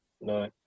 No